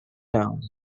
town